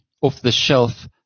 off-the-shelf